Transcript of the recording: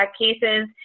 cases